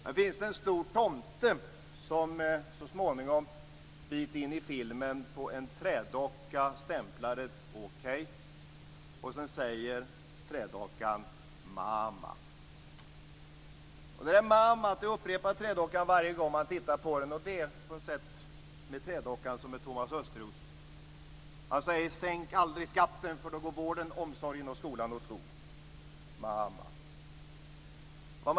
Där finns det en stor tomte som en bit in i programmet på en trädocka stämplar ett okej. Sedan säger trädockan: "ma-ma". Det där "ma-ma" upprepar trädockan varje gång man tittar på den. Och det är på något sätt med trädockan som med Thomas Östros. Han säger: Sänka aldrig skatten, för då går vården, omsorgen och skolan åt skogen - "ma-ma".